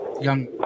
young